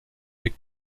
big